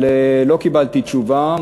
אבל לא קיבלתי תשובה.